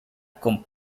con